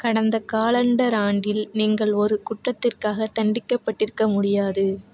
கடந்த காலண்டர் ஆண்டில் நீங்கள் ஒரு குற்றத்திற்காக தண்டிக்கப்பட்டிருக்க முடியாது